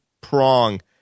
prong